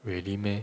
really meh